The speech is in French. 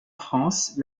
france